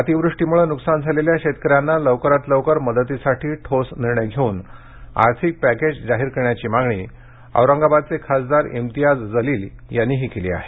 अतिवृष्टीमुळे नुकसान झालेल्या शेतकऱ्यांना लवकरात लवकर मदतीसाठी ठोस निर्णय घेवून आर्थिक पॅकेज जाहीर करण्याची मागणी औरंगाबादचे खासदार इम्तियाज जलील यांनीही केली आहे